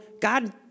God